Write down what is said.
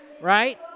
right